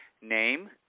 name